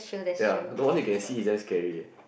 ya the one you can see is damn scary eh